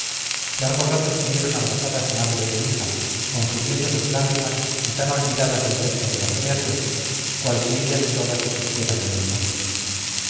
largo rato estuvieron abrazadas madre e hija confundiendo sus lágrimas y tan olvidadas del resto de la creación cual si ellas solas existieran en el mundo